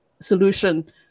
solution